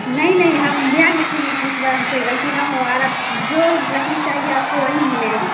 نہیں نہیں ہم دھیان رکھیں گے کہ اس بار ہم سے غلطی نہ ہو اور اب جو لکڑی چاہیے آپ کو وہی ملے گا